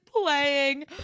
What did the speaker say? playing